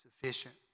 sufficient